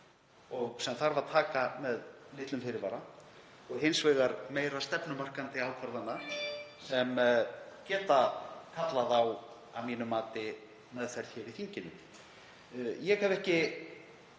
og sem þarf að taka með litlum fyrirvara og hins vegar meira stefnumarkandi ákvörðunum sem geta kallað á, að mínu mati, meðferð í þinginu. Ég hef ekki